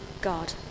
God